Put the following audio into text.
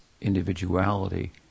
individuality